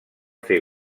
fer